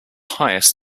highest